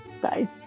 Bye